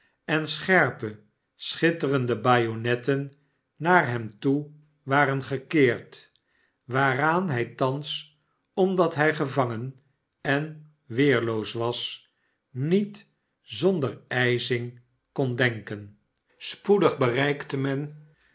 en scherpe schitterende bajonetten naar hem toe waren gekeerd waaraan hij thans omdat hij gevangen en weerloos was iiet zonder ijzing kon denken spoedig bereikte men